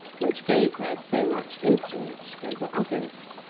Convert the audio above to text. which gave her so much influence over others.